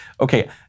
okay